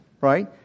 right